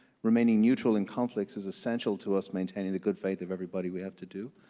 remaining neutral in conflicts is essential to us maintaining the good faith of everybody we have to do,